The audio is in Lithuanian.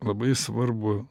labai svarbu